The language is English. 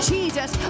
Jesus